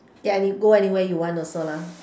ya you go anywhere you want also lah